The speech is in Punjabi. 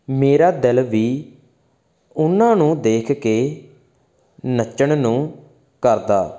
ਮੇਰਾ ਦਿਲ ਵੀ ਉਨਾਂ ਨੂੰ ਦੇਖ ਕੇ ਨੱਚਣ ਨੂੰ ਕਰਦਾ